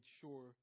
sure